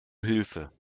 hilfe